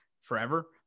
forever